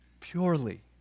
purely